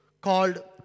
called